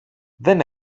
δεν